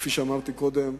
כפי שאמרתי קודם,